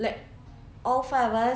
like all five of us